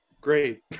Great